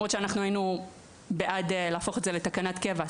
למרות שאנחנו היינו בעד להפוך את זה לתקנת קבע.